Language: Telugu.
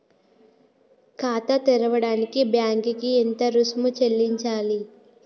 ఖాతా తెరవడానికి బ్యాంక్ కి ఎంత రుసుము చెల్లించాలి?